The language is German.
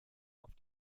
auf